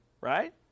right